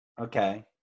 Okay